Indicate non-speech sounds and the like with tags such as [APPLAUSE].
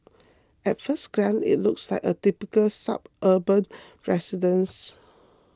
at first glance it looks like a typical suburban [NOISE] residence